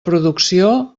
producció